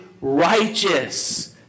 righteous